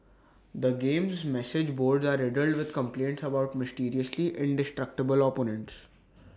the game's message boards are riddled with complaints about mysteriously indestructible opponents